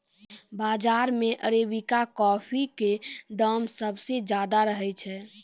बाजार मॅ arabica coffee के दाम सबसॅ ज्यादा रहै छै